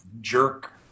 jerk